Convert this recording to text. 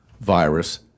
virus